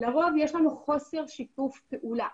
לרוב יש לנו חוסר שיתוף פעולה,